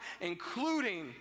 including